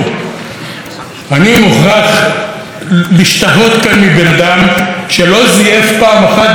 אני מוכרח להשתאות כאן מבן אדם שלא זייף אף פעם במשך 94 שנותיו.